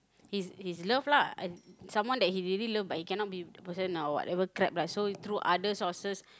his his love lah and someone that he really love but he cannot be with that person now or whatever crap lah so through other sources